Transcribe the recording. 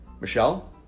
Michelle